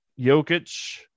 Jokic